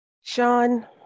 Sean